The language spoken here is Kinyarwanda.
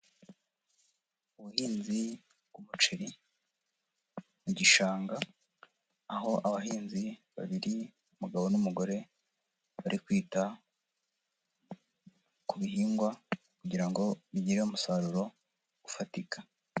Ubuhinzi bw'umuceri mu gishanga, aho abahinzi babiri umugabo n'umugore bari kwita ku bihingwa kugira ngo bigire umusaruro ufatika.